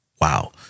Wow